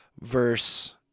verse